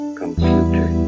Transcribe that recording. computer